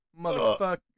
Motherfucker